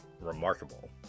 remarkable